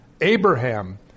Abraham